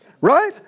right